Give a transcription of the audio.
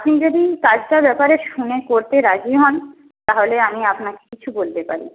আপনি যদি কাজটার ব্যাপারে শুনে করতে রাজি হন তাহলে আমি আপনাকে কিছু বলতে পারি